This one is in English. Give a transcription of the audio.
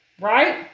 right